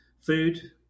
food